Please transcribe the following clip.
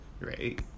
right